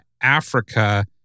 Africa